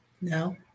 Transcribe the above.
No